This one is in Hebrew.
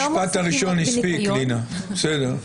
המשפט הראשון הספיק, לינא, בסדר.